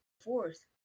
fourth